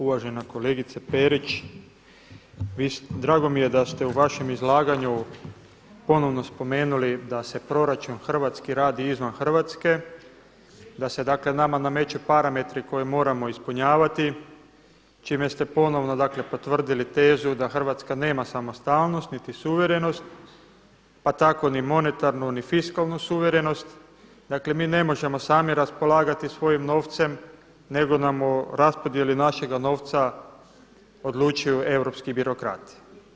Uvažena kolegice Perić, drago mi je da ste u vašem izlaganju ponovno spomenuli da se proračun Hrvatske radi izvan Hrvatske, da se dakle nama nameću parametri koje moramo ispunjavati, čime ste ponovno dakle potvrdili tezu da Hrvatska nema samostalnost niti suverenost pa tako ni monetarnu ni fiskalnu suverenost, dakle mi ne možemo sami raspolagati svojim novcem nego nam u raspodjeli našega novca odlučuju europski birokrati.